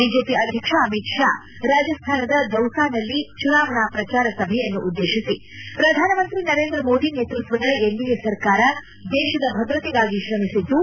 BJP ಅಧ್ಯಕ್ಷ ಅಮಿತ್ ಷಾ ರಾಜಸ್ತಾನದ ದೌಸಾನಲ್ಲಿ ಚುನಾವಣಾ ಪ್ರಚಾರ ಸಭೆಯನ್ನುದ್ದೇಶಿಸಿ ಪ್ರಧಾನಮಂತ್ರಿ ನರೇಂದ್ರ ಮೋದಿ ನೇತೃತ್ವದ ಎನ್ಡಿಎ ಸರ್ಕಾರ ದೇಶದ ಭದ್ರತೆಗಾಗಿ ಶ್ರಮಿಸಿದ್ದು